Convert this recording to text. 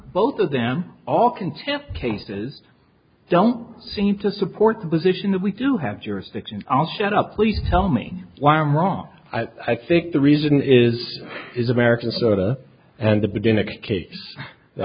both of them all contempt cases don't seem to support the position that we do have jurisdiction i'll shut up please tell me why i'm wrong i think the reason is is america sorta and the